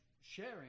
sharing